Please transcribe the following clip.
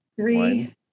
three